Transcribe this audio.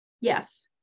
Yes